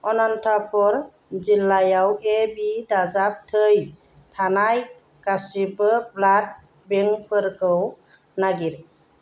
अनन्तपुर जिल्लायाव ए बि दाजाब थै थानाय गासैबो ब्लाड बेंकफोरखौ नागिर